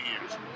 years